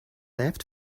left